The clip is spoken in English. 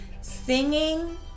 Singing